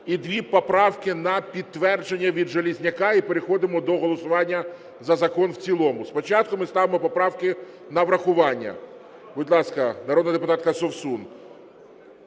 і дві поправки на підтвердження від Железняка, і переходимо до голосування за закон в цілому. Спочатку ми ставимо поправки на врахування. Будь ласка, народна депутатка Совсун.